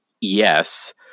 yes